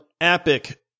epic